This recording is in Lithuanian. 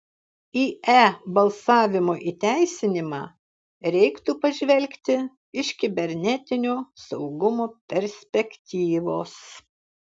į e balsavimo įteisinimą reiktų pažvelgti iš kibernetinio saugumo perspektyvos